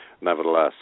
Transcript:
nevertheless